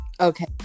Okay